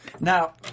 Now